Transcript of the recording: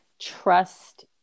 trust